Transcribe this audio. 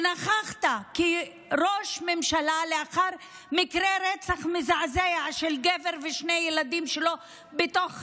נכחת כראש ממשלה לאחר מקרה רצח מזעזע של גבר ושני ילדים שלו בתוך הבית.